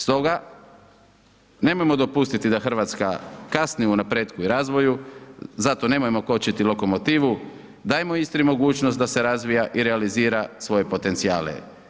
Stoga, nemojmo dopustiti da Hrvatska kasni u napretku i razvoju, zato nemojmo kočiti lokomotivu, dajmo Istri mogućnost da se razvija i realizira svoje potencijale.